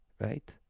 right